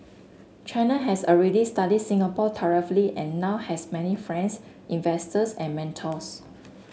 China has already studied Singapore thoroughly and now has many friends investors and mentors